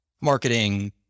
marketing